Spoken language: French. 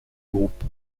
groupe